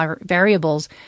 variables –